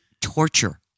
torture